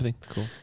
Cool